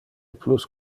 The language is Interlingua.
plus